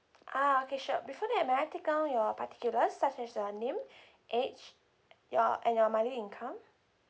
ah okay sure before that may I take down your particulars such as your name age your and your monthly income